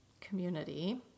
community